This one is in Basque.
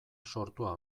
sortua